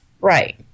Right